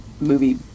movie